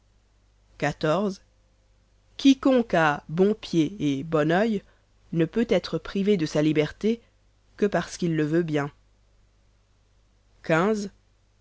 xiv quiconque a bon pied et bon oeil ne peut être privé de sa liberté que parce qu'il le veut bien